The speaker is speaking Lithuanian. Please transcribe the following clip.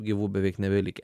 gyvų beveik nebelikę